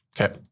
Okay